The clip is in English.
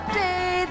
day